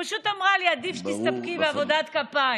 היא פשוט אמרה לי: עדיף שתסתפקי בעבודת כפיים.